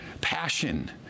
Passion